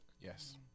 Yes